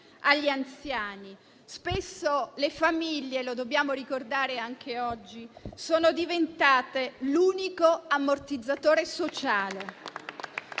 anziani. Spesso le famiglie - lo dobbiamo ricordare anche oggi - sono diventate l'unico ammortizzatore sociale